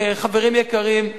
חברים יקרים,